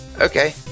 Okay